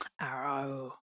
arrow